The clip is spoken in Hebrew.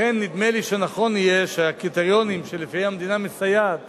לכן נדמה לי שנכון יהיה שהקריטריונים שלפיהם המדינה מסייעת